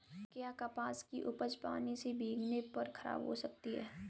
क्या कपास की उपज पानी से भीगने पर खराब हो सकती है?